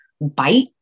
bite